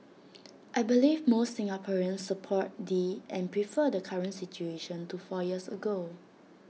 I believe most Singaporeans support the and prefer the current situation to four years ago